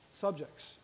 subjects